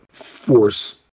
force